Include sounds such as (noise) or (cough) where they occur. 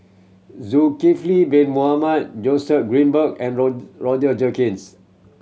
Zulkifli Bin Mohamed Joseph Grimberg and (unintelligible) Roger Jenkins